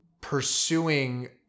pursuing